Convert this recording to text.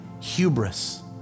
hubris